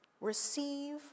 receive